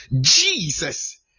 Jesus